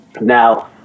now